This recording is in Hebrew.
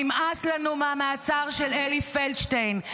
נמאס לנו מהמעצר של אלי פלדשטיין,